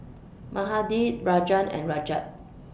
Mahade Rajan and Rajat